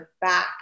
back